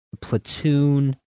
Platoon